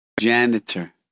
janitor